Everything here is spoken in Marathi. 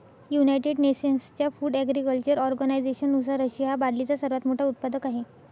युनायटेड नेशन्सच्या फूड ॲग्रीकल्चर ऑर्गनायझेशननुसार, रशिया हा बार्लीचा सर्वात मोठा उत्पादक आहे